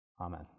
Amen